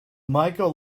michael